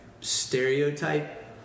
stereotype